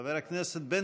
חבר הכנסת יואב בן